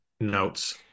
notes